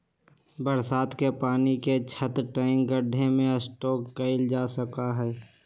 बरसात के पानी के छत, टैंक, गढ्ढे में स्टोर कइल जा सका हई